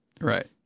Right